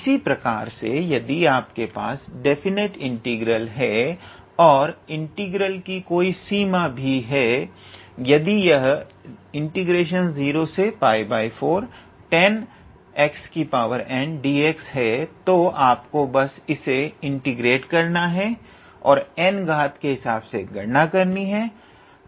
इसी प्रकार से यदि आपके पास डेफिनिटी इंटीग्रल है और इंटीग्रल की कोई सीमा भी है यदि यह 0π4tannxdx है तो आपको बस इसे इंटीग्रेट करना है और घात n के हिसाब से गणना करनी है